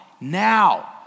Now